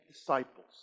disciples